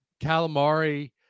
calamari